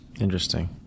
Interesting